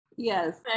Yes